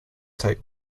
take